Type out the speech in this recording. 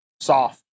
soft